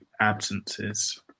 absences